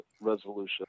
resolution